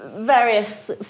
Various